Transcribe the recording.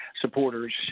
supporters